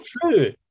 true